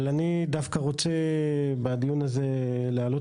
אבל אני דווקא רוצה בדיון הזה להעלות